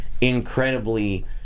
incredibly